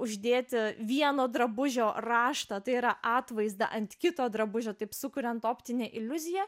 uždėti vieno drabužio raštą tai yra atvaizdą ant kito drabužio taip sukuriant optinę iliuziją